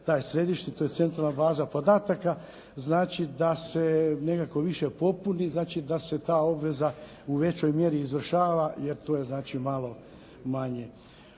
taj središnji, to je centralna baza podataka znači da se nekako više popuni znači da se ta obveza u većoj mjeri izvršava jer to je znači malo manje.